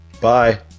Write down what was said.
Bye